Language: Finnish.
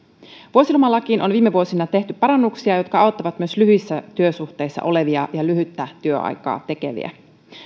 vuosilomalakiin on viime vuosina tehty parannuksia jotka auttavat myös lyhyissä työsuhteissa olevia ja lyhyttä työaikaa tekeviä